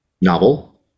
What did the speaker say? novel